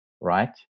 Right